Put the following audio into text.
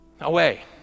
away